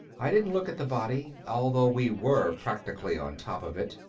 i didn't look at the body, although we were practically on top of it.